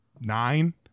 nine